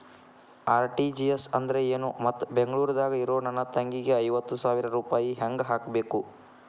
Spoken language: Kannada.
ಆರ್.ಟಿ.ಜಿ.ಎಸ್ ಅಂದ್ರ ಏನು ಮತ್ತ ಬೆಂಗಳೂರದಾಗ್ ಇರೋ ನನ್ನ ತಂಗಿಗೆ ಐವತ್ತು ಸಾವಿರ ರೂಪಾಯಿ ಹೆಂಗ್ ಹಾಕಬೇಕು?